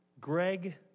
Greg